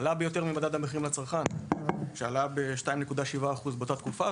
והוא עלה יותר ממדד המחירים לצרכן שעלה ב-2.7% באותה התקופה.